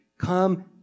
come